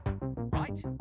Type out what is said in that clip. Right